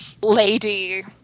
lady